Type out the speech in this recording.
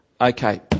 okay